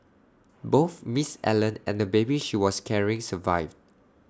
both miss Allen and the baby she was carrying survived